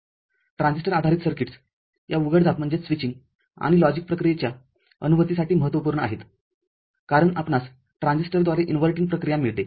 transistor आधारित circuits या उघडझापआणि लॉजिकप्रक्रियेच्या अनुभूतीसाठी महत्त्वपूर्ण आहेतकारण आपणास ट्रान्झिस्टरद्वारे इन्व्हर्टींग प्रक्रिया मिळते